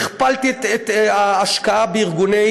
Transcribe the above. הכפלתי את ההשקעה בארגוני